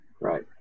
Right